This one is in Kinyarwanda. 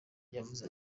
yavuze